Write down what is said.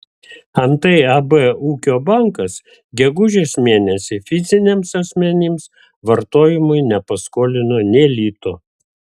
antai ab ūkio bankas gegužės mėnesį fiziniams asmenims vartojimui nepaskolino nė lito